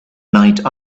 night